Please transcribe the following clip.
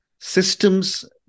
systems